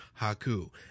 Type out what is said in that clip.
Haku